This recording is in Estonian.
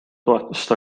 toetust